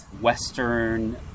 Western